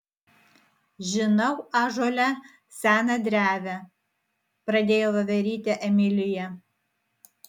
žinau ąžuole seną drevę pradėjo voverytė emilija